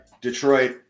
Detroit